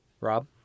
Rob